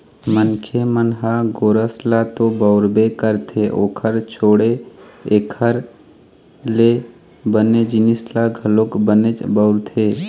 मनखे मन ह गोरस ल तो बउरबे करथे ओखर छोड़े एखर ले बने जिनिस ल घलोक बनेच बउरथे